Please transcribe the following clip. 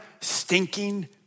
stinking